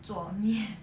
做面